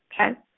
Okay